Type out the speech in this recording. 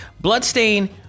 Bloodstain